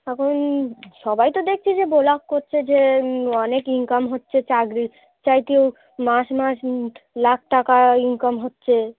এখন সবাই তো দেকছি যে ভ্লগ করছে যে অনেক ইনকাম হচ্ছে চাকরির চাইতেও মাস মাস লাখ টাকা ইনকাম হচ্ছে